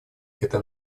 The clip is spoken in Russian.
это